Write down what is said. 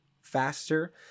faster